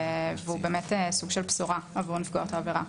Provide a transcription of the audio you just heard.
והוא באמת סוג של בשורה עבור נפגעות העבירה.